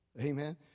Amen